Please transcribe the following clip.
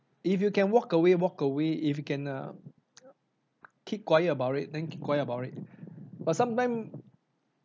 if you can walk away walk away if you can err keep quiet about it then keep quiet about it but sometime